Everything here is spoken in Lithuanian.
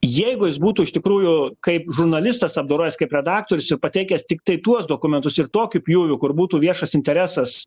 jeigu jis būtų iš tikrųjų kaip žurnalistas apdorojęs kaip redaktorius ir pateikęs tiktai tuos dokumentus ir tokiu pjūviu kur būtų viešas interesas